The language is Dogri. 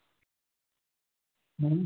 अं